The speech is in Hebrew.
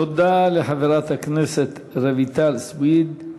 תודה לחברת הכנסת רויטל סויד.